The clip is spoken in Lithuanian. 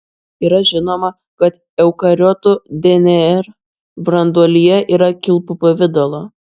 yra žinoma kad eukariotų dnr branduolyje yra kilpų pavidalo